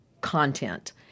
content